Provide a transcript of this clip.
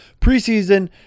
preseason